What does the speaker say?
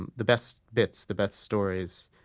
and the best bits, the best stories,